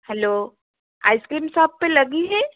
hello ice cream shop पर लगी है